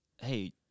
hey